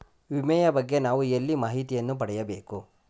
ವಿಮೆಯ ಬಗ್ಗೆ ನಾವು ಎಲ್ಲಿ ಮಾಹಿತಿಯನ್ನು ಪಡೆಯಬೇಕು?